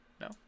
No